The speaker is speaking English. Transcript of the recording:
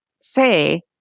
say